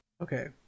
Okay